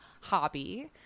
hobby